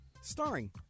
starring